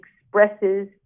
expresses